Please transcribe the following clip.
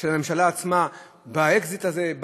של הממשלה עצמה באקזיט הזה,